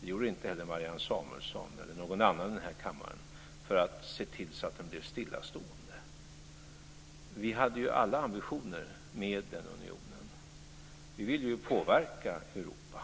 det gjorde inte heller Marianne Samuelsson eller någon annan i den här kammaren, för att se till att den blev stillastående. Vi hade alla ambitioner med unionen. Vi ville ju påverka Europa.